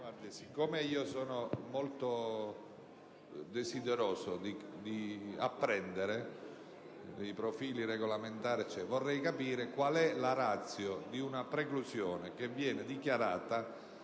siccome sono molto desideroso di apprendere dei profili regolamentari, vorrei capire qual è la *ratio* di una preclusione che viene dichiarata